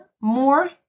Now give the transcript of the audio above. more